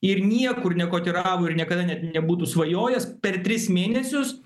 ir niekur nekotiravo ir niekada net nebūtų svajojęs per tris mėnesius